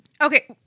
Okay